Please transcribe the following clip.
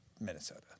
Minnesota